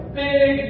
big